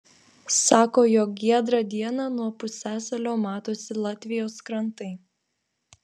sako jog giedrą dieną nuo pusiasalio matosi latvijos krantai